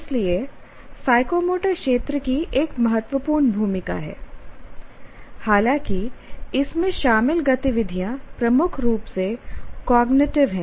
इसलिए साइकोमोटर क्षेत्र की एक महत्वपूर्ण भूमिका है हालांकि इसमें शामिल गतिविधियां प्रमुख रूप से कॉग्निटिव हैं